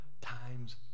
times